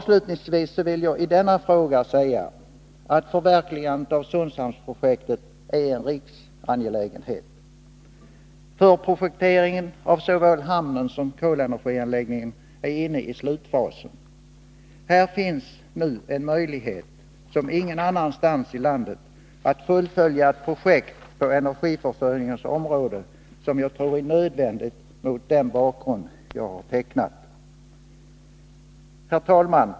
Sedan vill jag i denna fråga säga att förverkligandet av Sundshamnsprojektet är en riksangelägenhet. Förprojekteringen av såväl hamnen som kolenergianläggningen är inne i slutfasen. Ingen annanstans i landet finns en sådan här möjlighet att fullfölja ett projekt på energiförsörjningens område. Mot bakgrund av vad jag här sagt tror jag att detta är nödvändigt. Herr talman!